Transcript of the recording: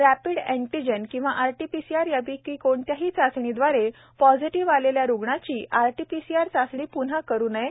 rapid antigen किंवा RTPCR यापैकी कोणत्याही चाचणीदवारे पॉझिटीव आलेल्या रुग्णाचीआरटीपीसीआर चाचणी प्न्हा करु नये